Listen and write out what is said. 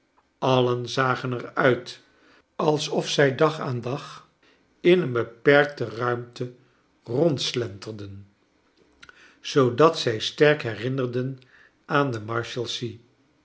allen zagen er uit alsof zij dag aan dag in een beperkte ruimte rondslenterden zoodat zij sterk herinnerden aan de marshalsea